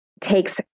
takes